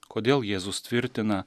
kodėl jėzus tvirtina